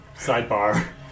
Sidebar